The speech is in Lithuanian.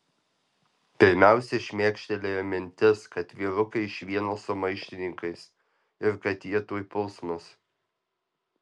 pirmiausia šmėkštelėjo mintis kad vyrukai iš vieno su maištininkais ir kad jie tuoj puls mus